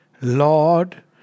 Lord